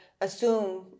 assume